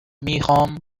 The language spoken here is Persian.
میخوامموفق